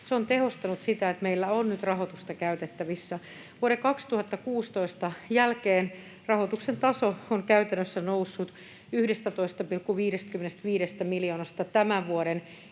Se on tehostanut sitä, että meillä on nyt rahoitusta käytettävissä. Vuoden 2016 jälkeen rahoituksen taso on käytännössä noussut 11,55 miljoonasta tämän vuoden